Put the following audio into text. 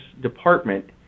department